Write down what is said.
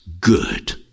good